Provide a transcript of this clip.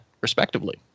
respectively